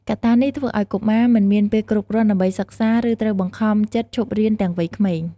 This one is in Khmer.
កត្តានេះធ្វើឲ្យកុមារមិនមានពេលគ្រប់គ្រាន់ដើម្បីសិក្សា ឬត្រូវបង្ខំចិត្តឈប់រៀនទាំងវ័យក្មេង។